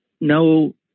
no